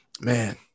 Man